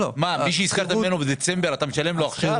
מי שהשכרת ממנו בדצמבר אתה משלם לו עכשיו?